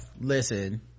Listen